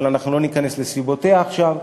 אבל אנחנו לא ניכנס לסיבותיה עכשיו.